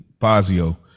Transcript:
Fazio